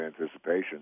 anticipation